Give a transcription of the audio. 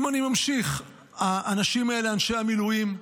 אם אני ממשיך, האנשים האלה, אנשי המילואים,